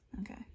Okay